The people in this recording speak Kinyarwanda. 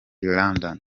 london